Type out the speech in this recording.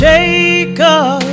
Jacob